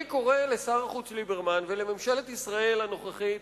אני קורא לשר החוץ ליברמן ולממשלת ישראל הנוכחית